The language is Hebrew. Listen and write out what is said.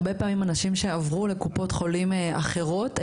הרבה פעמים אנשים שעברו לקופות חולים אחרות,